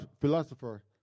philosopher